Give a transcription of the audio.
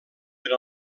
per